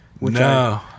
No